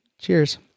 Cheers